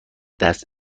دست